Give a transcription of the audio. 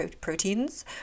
proteins